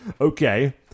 Okay